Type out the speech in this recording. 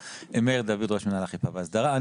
מאיר דוד, ראש מינהל אכיפה והסדרה.